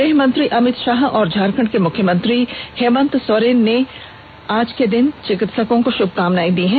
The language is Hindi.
गृह मंत्री अमित शाह और झारखंड के मुख्यमंत्री हेमंत सोरेन ने डॉक्टर्स दिवस पर चिकित्सकों को श्मकामनाए दी हैं